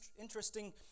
interesting